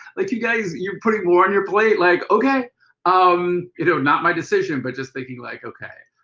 like you guys you're putting more on your plate, like ok um you know not my decision, but just thinking like, ok